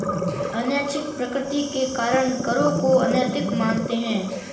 अनैच्छिक प्रकृति के कारण करों को अनैतिक मानते हैं